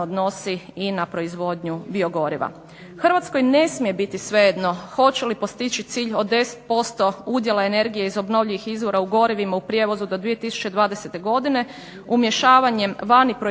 odnosi i na proizvodnju biogoriva. Hrvatskoj ne smije biti svejedno hoće li postići cilj od 10% udjela energije iz obnovljivih izvora u gorivima u prijevozu do 2020.godine umješavanjem vani proizvedenog